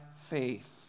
faith